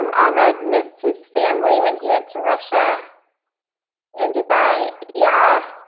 um ahmed missed his family when he went to russia and dubai. yeah,